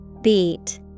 Beat